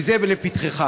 וזה לפתחך.